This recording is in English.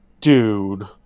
dude